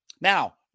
Now